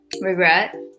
regret